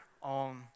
on